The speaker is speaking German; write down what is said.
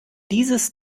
dieses